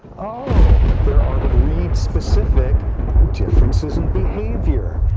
oh, there are breed-specific differences in behavior.